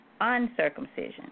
uncircumcision